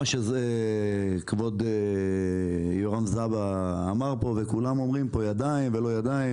מה שכבוד יורם זבה אמר פה על הידיים